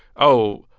oh,